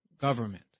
government